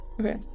Okay